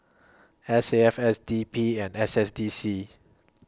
S A F S D P and S S D C